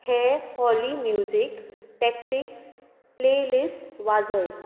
हें Ollie music tactics playlist वाजय